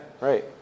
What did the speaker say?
right